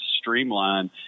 streamline